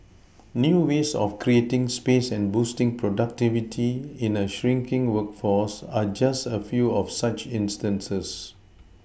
new ways of creating space and boosting productivity in a shrinking workforce are just a few of such instances